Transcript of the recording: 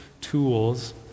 tools